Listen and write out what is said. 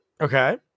okay